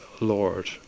Lord